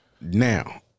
now